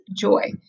joy